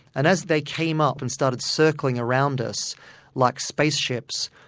and as they came up and started circling around us like spaceships.